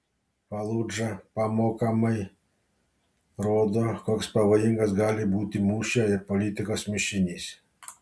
faludža pamokomai rodo koks pavojingas gali būti mūšio ir politikos mišinys